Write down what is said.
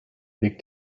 big